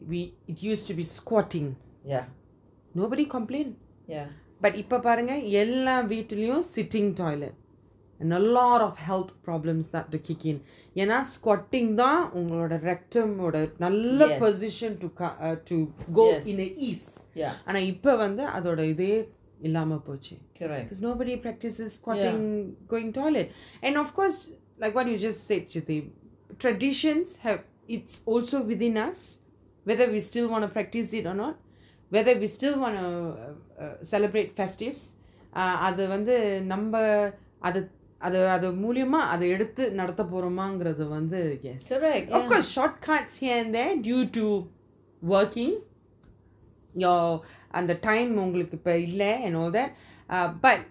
we used to be squatting nobody complain but இப்போ பாருங்க எல்லா வீட்டுலயும்:ipo paarunga ella veetulayum sitting toilet and a lot of health problems start to kick in என்ன:enna squatting தான் உங்களோட:thaan ungaloda the rectum will ஓட நல்ல:ooda nalla position to come~ uh to in the ease yeah and அனா இப்போ வந்து அது இல்லாம போயிடுச்சி:ana ipo vanthu athu illama poiduchi because nobody practices squatting going toilet and of course like what you just said சித்தி:chitti traditions have it's also leaving us whether we still want to practice it or not whether we still want uh uh celebrate feastives அது வந்து நம்ம அத அத அது முலாயம் அத எடுத்து நடத்த போறோமா றது வந்து:athu vanthu namma atha atha athu mulayama atha eaduthu nadatha poroma rathu vanthu of course shortcuts here and there due to you to working your under time அந்த:antha time இப்போ உங்களுக்கு இல்ல:ipo ungaluku illa and all that uh but